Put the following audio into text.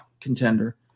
contender